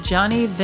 Johnny